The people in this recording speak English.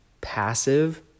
passive